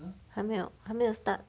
还没有还没有 start